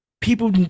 People